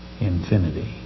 infinity